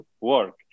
work